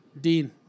Dean